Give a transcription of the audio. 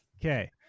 okay